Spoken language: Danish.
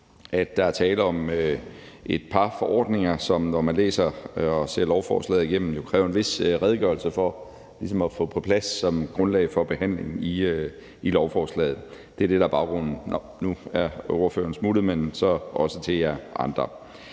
at der er tale om et par forordninger, som, når man læser og ser lovforslaget igennem, kræver en vis redegørelse at få på plads som grundlag for behandlingen af lovforslaget. Det er det, der er baggrunden. Nå, nu er ordføreren smuttet, men så kan jeg også